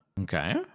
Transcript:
Okay